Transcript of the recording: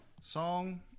song